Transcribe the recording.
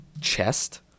chest